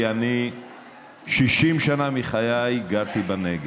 כי אני 60 שנה מחיי גרתי בנגב.